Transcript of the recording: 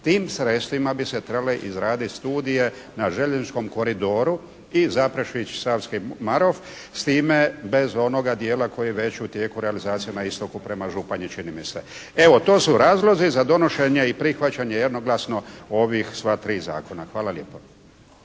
Tim sredstvima bi se trebale izraditi studije na željezničkom koridoru i Zaprešić-Savski Marof s time bez onoga dijela koji je već u tijeku realizacije na istoku prema Županji čini mi se. Evo to su razlozi za donošenje i prihvaćanje jednoglasno ovih sva tri zakona. Hvala lijepo.